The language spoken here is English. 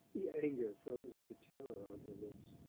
the anger frozen to terror on her lips.